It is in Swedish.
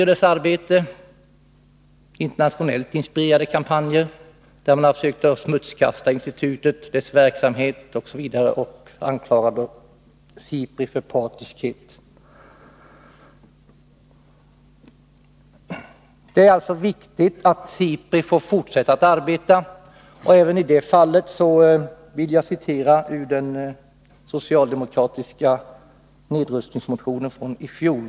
Det har drivits internationellt inspirerade kampanjer mot SIPRI:s arbete, där man har sökt smutskasta institutet och dess verksamhet och anklaga det för partiskhet. Det är emellertid viktigt att SIPRI får fortsätta att arbeta. I detta sammanhang vill jag åter citera ur den socialdemokratiska nedrustningsmotionen från i fjol.